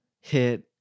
hit